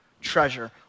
Treasure